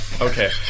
Okay